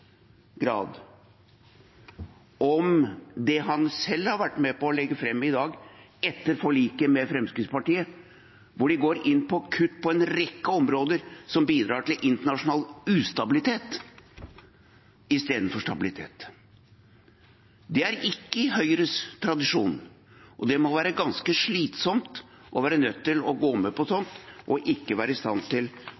det han selv har vært med på å legge fram i dag, etter forliket med Fremskrittspartiet. Der går de inn på kutt på en rekke områder som bidrar til internasjonal ustabilitet i stedet for stabilitet. Det er ikke i Høyres tradisjon, og det må være ganske slitsomt å være nødt til å gå med på